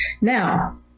Now